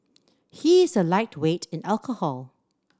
he is a lightweight in alcohol